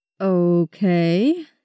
Okay